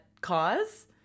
cause